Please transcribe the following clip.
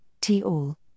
T-all